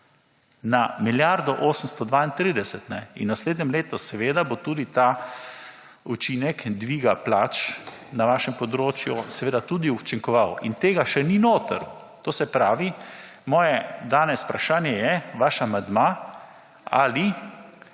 na milijardo 832 in v naslednjem letu seveda bo tudi ta učinek dviga plač na vašem področju seveda tudi učinkoval in tega še ni notri. To se pravi moje danes vprašanje je vaša amandma ali